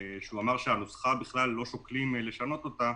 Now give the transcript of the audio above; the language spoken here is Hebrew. שהוא אמר שבכלל לא שוקלים לשנות את הנוסחה,